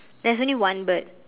there's only one bird